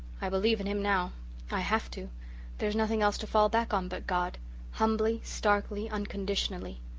i believe in him now i have to there's nothing else to fall back on but god humbly, starkly, unconditionally.